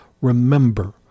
remember